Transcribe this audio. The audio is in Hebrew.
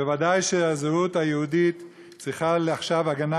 בוודאי שהזהות היהודית צריכה עכשיו הגנה